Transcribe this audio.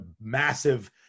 massive